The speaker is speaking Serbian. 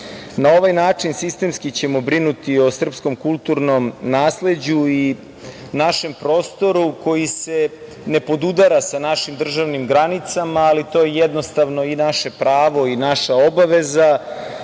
ovaj način sistemski ćemo brinuti o srpskom kulturnom nasleđu i našem prostoru koji se ne podudara sa našim državnim granicama, ali to je jednostavno i naše pravo i naša obaveza,